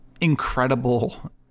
incredible